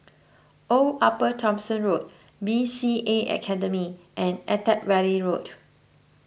Old Upper Thomson Road B C A Academy and Attap Valley Road